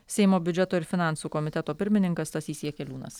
seimo biudžeto ir finansų komiteto pirmininkas stasys jakeliūnas